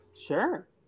Sure